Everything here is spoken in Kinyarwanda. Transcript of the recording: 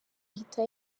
ahita